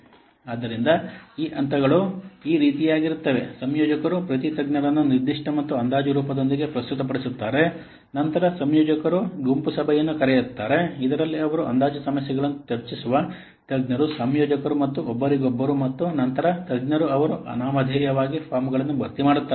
ಆದ್ದರಿಂದ ಹಂತಗಳು ಈ ರೀತಿಯಾಗಿರುತ್ತವೆ ಸಂಯೋಜಕರು ಪ್ರತಿ ತಜ್ಞರನ್ನು ನಿರ್ದಿಷ್ಟ ಮತ್ತು ಅಂದಾಜು ರೂಪದೊಂದಿಗೆ ಪ್ರಸ್ತುತಪಡಿಸುತ್ತಾರೆ ನಂತರ ಸಂಯೋಜಕರು ಗುಂಪು ಸಭೆಯನ್ನು ಕರೆಯುತ್ತಾರೆ ಇದರಲ್ಲಿ ಅವರು ಅಂದಾಜು ಸಮಸ್ಯೆಗಳನ್ನು ಚರ್ಚಿಸುವ ತಜ್ಞರು ಸಂಯೋಜಕರು ಮತ್ತು ಒಬ್ಬರಿಗೊಬ್ಬರು ಮತ್ತು ನಂತರ ತಜ್ಞರು ಅವರು ಅನಾಮಧೇಯವಾಗಿ ಫಾರ್ಮ್ಗಳನ್ನು ಭರ್ತಿ ಮಾಡುತ್ತಾರೆ